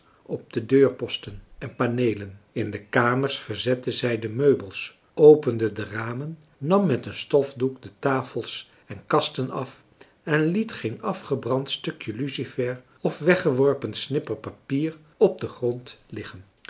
op de deurposten en paneelen in de kamers verzette zij de meubels opende de ramen nam met een stofdoek de tafels en kasten af en liet geen afgebrand stukje lucifer of weggeworpen snipper papier op den grond liggen